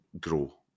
grow